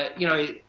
ah you know,